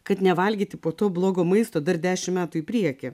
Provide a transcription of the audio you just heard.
kad nevalgyti po to blogo maisto dar dešimt metų į priekį